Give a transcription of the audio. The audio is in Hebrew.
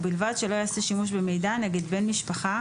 ובלבד שלא ייעשה שימוש במידע נגד בן משפחה